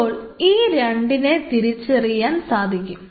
അപ്പോൾ ഈ 2 നെ തിരിച്ചറിയാൻ സാധിക്കും